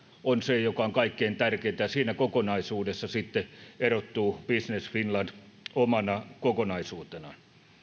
on se joka on kaikkein tärkeintä ja siinä kokonaisuudessa sitten erottuu business finland omana kokonaisuutenaan